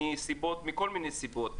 מכל מיני סיבות.